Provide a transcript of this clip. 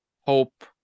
hope